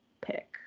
pick